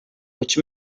which